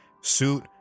Suit